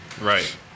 Right